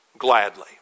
gladly